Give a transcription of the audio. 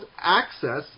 access